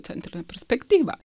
centrinę perspektyvą